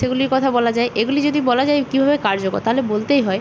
সেগুলির কথা বলা যায় এগুলি যদি বলা যায় কীভাবে কার্যকর তাহলে বলতেই হয়